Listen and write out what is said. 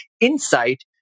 insight